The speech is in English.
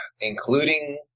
Including